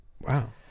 Wow